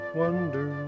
wonder